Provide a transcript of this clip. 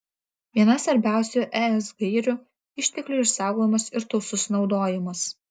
viena svarbiausių es gairių išteklių išsaugojimas ir tausus naudojimas